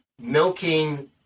milking